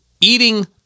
eating